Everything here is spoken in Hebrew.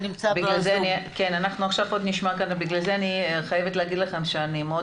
בגלל זה אני חייבת להגיד לכם שאני מאוד